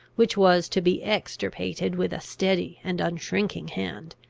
which was to be extirpated with a steady and unshrinking hand,